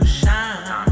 shine